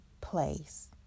place